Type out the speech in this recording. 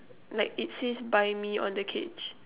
like it says buy me on the cage